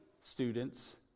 students